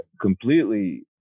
completely